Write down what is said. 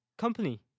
Company